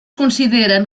consideren